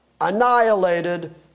Annihilated